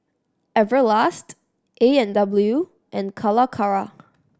Everlast A and W and Calacara